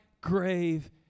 grave